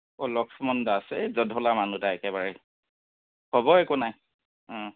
ও লক্ষ্মণ দাস এই জধলা মানুহ এটা একেবাৰেই হ'ব একো নাই